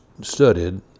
studied